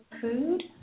food